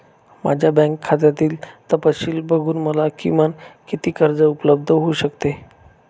माझ्या बँक खात्यातील तपशील बघून मला किमान किती कर्ज उपलब्ध होऊ शकते?